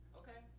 okay